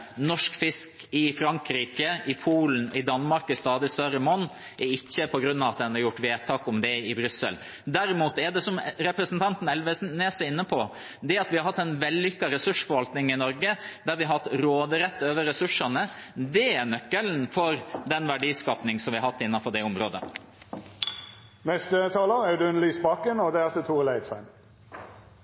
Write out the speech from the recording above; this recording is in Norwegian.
norsk fisk i Frankrike, i Polen og i Danmark i stadig større monn, er ikke på grunn av vedtak i Brussel. Derimot er det, som representanten Elvenes var inne på, fordi vi har hatt en vellykket ressursforvaltning i Norge der vi har hatt råderett over ressursene, nøkkelen for den verdiskaping vi har hatt innenfor det området. Først skal jeg gjøre noe jeg ikke pleier å gjøre, og